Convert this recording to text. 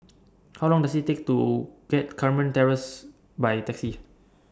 How Long Does IT Take to get Carmen Terrace By Taxi